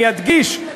אני אדגיש,